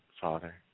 Father